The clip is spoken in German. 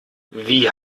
wie